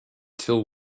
till